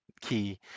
key